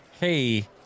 hey